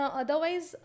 otherwise